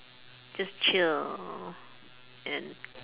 just chill and